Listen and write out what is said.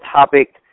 Topic